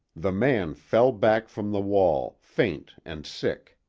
the man fell back from the wall, faint and sick.